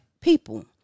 people